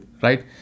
right